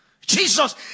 Jesus